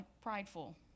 prideful